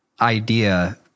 idea